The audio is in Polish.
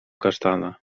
kasztana